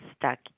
stuck